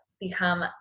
become